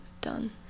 done